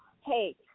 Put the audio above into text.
hey